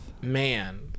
Man